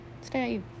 stay